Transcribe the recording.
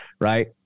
Right